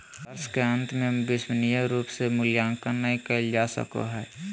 वर्ष के अन्तिम में विश्वसनीय रूप से मूल्यांकन नैय कइल जा सको हइ